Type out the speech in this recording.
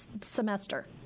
semester